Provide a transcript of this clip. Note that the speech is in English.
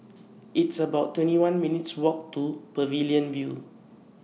It's about twenty one minutes' Walk to Pavilion View